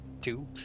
two